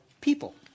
people